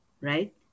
right